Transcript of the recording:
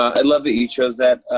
i love that you chose that.